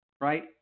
right